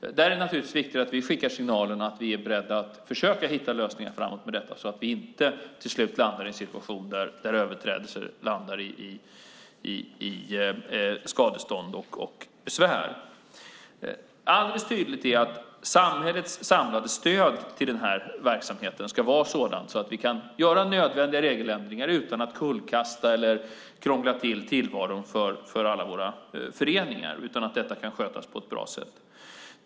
Där är det naturligtvis viktigt att vi skickar signalen att vi är beredda att försöka hitta lösningar framåt på detta så att vi inte till slut landar i en situation där överträdelsen landar i skadestånd och besvär. Alldeles tydligt är att samhällets samlade stöd till den här verksamheten ska vara sådant att vi kan göra nödvändiga regeländringar utan att kullkasta eller krångla till tillvaron för alla våra föreningar. I stället ska detta kunna skötas på ett bra sätt.